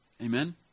Amen